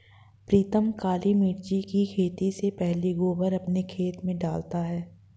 प्रीतम काली मिर्च की खेती से पहले गोबर अपने खेत में डालता है